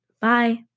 Bye